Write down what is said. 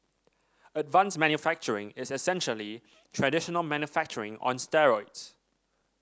advanced manufacturing is essentially traditional manufacturing on steroids